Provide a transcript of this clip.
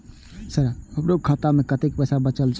Sir हमरो खाता में कतेक पैसा बचल छे?